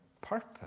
purpose